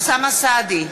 אוסאמה סעדי,